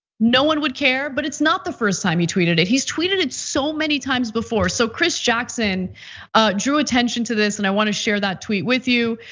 no one would care, but it's not the first time he tweeted it. he's tweeted it so many times before. so chris jackson drew attention to this and i wanna share that tweet with you.